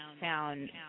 found